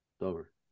over